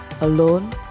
Alone